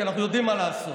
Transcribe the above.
כי אנחנו יודעים מה לעשות.